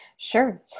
Sure